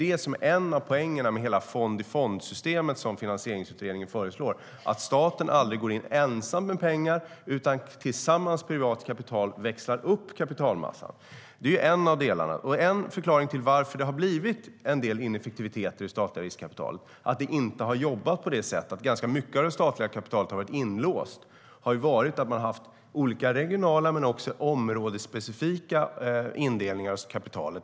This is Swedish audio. En av poängerna med hela fond-i-fond-systemet, som Finansieringsutredningen föreslår, är att staten aldrig går in ensam med pengar utan växlar upp kapitalmassan tillsammans med privat kapital. Det är en av delarna. En förklaring till att det statliga riskkapitalet har blivit lite ineffektivt, att det inte har jobbat på det sättet och att ganska mycket av det statliga kapitalet har varit inlåst, är att man har haft olika regionala men också områdesspecifika indelningar av kapitalet.